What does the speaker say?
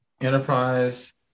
Enterprise